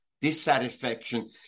dissatisfaction